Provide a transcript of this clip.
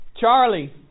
Charlie